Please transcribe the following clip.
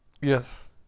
Yes